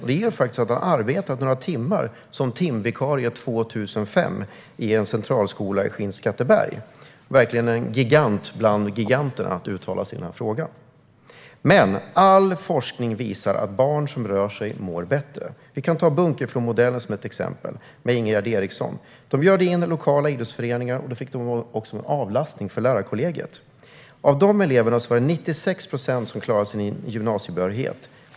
Han har faktiskt arbetat några timmar som timvikarie år 2005 i en centralskola i Skinnskatteberg. Det är alltså verkligen en gigant bland giganterna som uttalar sig i frågan. Men all forskning visar att barn som rör sig mår bättre. Vi kan ta Bunkeflomodellen med Ingegerd Ericsson som ett exempel. Där bjöd man in lokala idrottsföreningar och fick då också avlastning för lärarkollegiet. Av de berörda eleverna var det 96 procent som klarade sin gymnasiebehörighet.